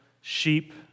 sheep